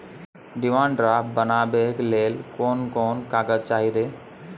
Demand draft बनाबैक लेल कोन कोन कागज चाही रे?